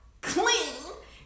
clean